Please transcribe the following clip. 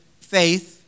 faith